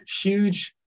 huge